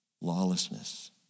Lawlessness